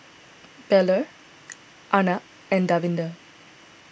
Bellur Arnab and Davinder